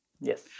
Yes